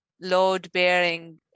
Load-bearing